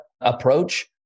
approach